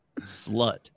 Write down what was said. Slut